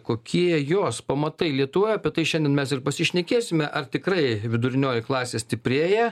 kokie jos pamatai lietuvoje apie tai šiandien mes ir pasišnekėsime ar tikrai vidurinioji klasė stiprėja